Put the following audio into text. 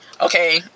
okay